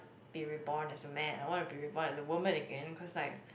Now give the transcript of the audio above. be reborn as a man I want to be reborn as a woman again cause like